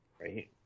Right